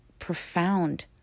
profound